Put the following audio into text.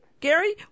gary